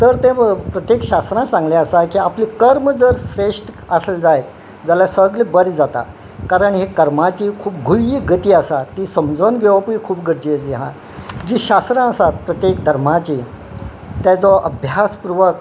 तर ते प्रत्येक शास्त्रां सांगले आसा की आपले कर्म जर श्रेश्ट आसले जायत जाल्या सगले बरें जाता कारण ही कर्माची खूब घुयी गती आसा ती समजोन घेवपूय खूब गरजेची आहा जी शास्त्रां आसात प्रत्येक धर्माची तेजो अभ्यासपूर्वक